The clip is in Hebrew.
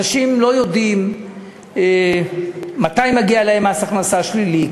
אנשים לא יודעים מתי מגיע להם מס הכנסה שלילי,